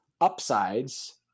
upsides